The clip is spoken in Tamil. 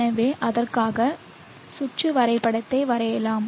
எனவே அதற்காக சுற்று வரைபடத்தை வரைவோம்